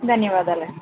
ధన్యవాదాలండి